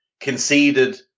conceded